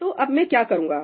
तो अब मैं क्या करूंगा